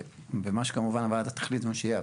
ומה שכמובן הוועדה תחליט זה מה שיהיה,